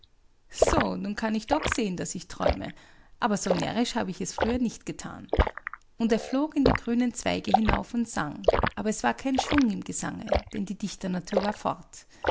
so nun kann ich doch sehen daß ich träume aber so närrisch habe ich es früher nicht gethan und er flog in die grünen zweige hinauf und sang aber es war kein schwung im gesange denn die dichternatur war fort